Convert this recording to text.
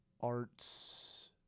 Arts